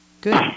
Good